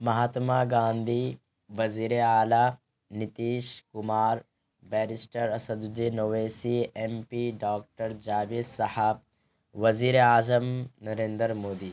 مہاتما گاندھی وزیر اعلیٰ Nitish Kumar barrister Asaduddin Owaisi M P doctor Javed صاحب وزیر اعظم نریندر مودی